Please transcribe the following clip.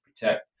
protect